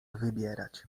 wybierać